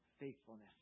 faithfulness